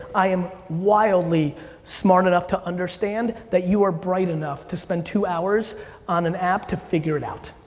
i am wildly smart enough to understand that you are bright enough to spend two hours on an app to figure it out.